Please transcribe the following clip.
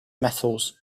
metals